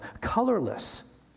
colorless